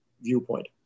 viewpoint